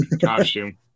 costume